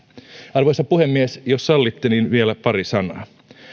arvoisa puhemies jos sallitte niin vielä pari sanaa